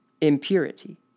impurity